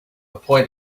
point